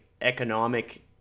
economic